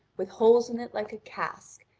with holes in it like a cask,